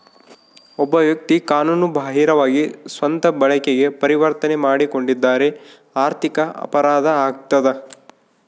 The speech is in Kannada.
ಒಬ್ಬ ವ್ಯಕ್ತಿ ಕಾನೂನು ಬಾಹಿರವಾಗಿ ಸ್ವಂತ ಬಳಕೆಗೆ ಪರಿವರ್ತನೆ ಮಾಡಿಕೊಂಡಿದ್ದರೆ ಆರ್ಥಿಕ ಅಪರಾಧ ಆಗ್ತದ